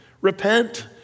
repent